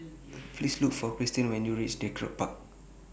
Please Look For Cristen when YOU REACH Draycott Park